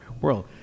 world